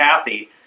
Kathy